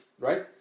right